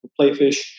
Playfish